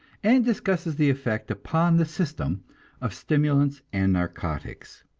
and discusses the effect upon the system of stimulants and narcotics.